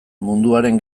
munduaren